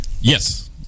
Yes